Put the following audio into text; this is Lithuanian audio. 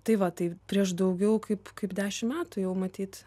tai va tai prieš daugiau kaip kaip dešim metų jau matyt